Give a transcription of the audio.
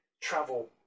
travel